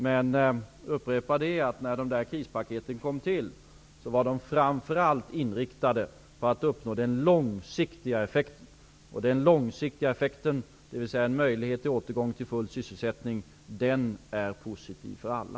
Men jag vill upprepa, att när krispaketen kom till var de framför allt inriktade på att uppnå den långsiktiga effekten, dvs. en möjlighet till återgång till full sysselsättning. Den är positiv för alla.